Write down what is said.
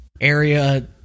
area